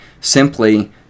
simply